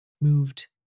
moved